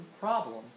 problems